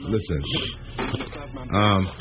Listen